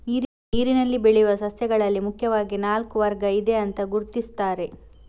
ನೀರಿನಲ್ಲಿ ಬೆಳೆಯುವ ಸಸ್ಯಗಳಲ್ಲಿ ಮುಖ್ಯವಾಗಿ ನಾಲ್ಕು ವರ್ಗ ಇದೆ ಅಂತ ಗುರುತಿಸ್ತಾರೆ